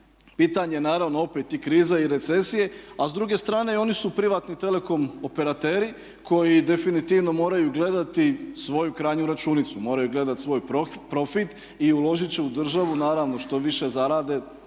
Pitanje je naravno opet i krize i recesije, a s druge strane one su privatni telekom operateri koji definitivno moraju gledati svoju krajnju računicu, moraju gledati svoj profit. Uložit će u državu naravno što više zarade